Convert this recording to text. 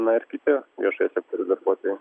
na ir kiti viešojo sektoriaus darbuotojai